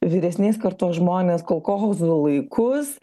vyresnės kartos žmonės kolchozų laikus